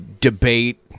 debate